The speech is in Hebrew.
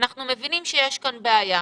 אנחנו מבינים שיש פה בעיה,